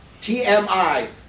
TMI